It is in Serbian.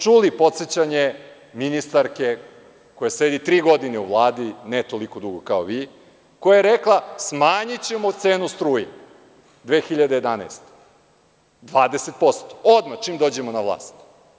Čuli smo podsećanje ministarke koja sedi tri godine u Vladi, ne toliko dugo kao vi, koja je rekla – smanjićemo cenu struje 2011. godine 20%, odmah čim dođemo na vlast.